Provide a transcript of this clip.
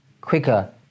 quicker